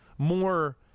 more